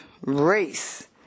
race